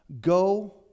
Go